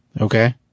Okay